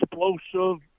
explosive